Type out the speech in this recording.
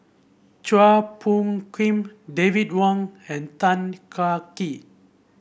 Chua Phung Kim David Wong and Tan Kah Kee